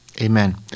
Amen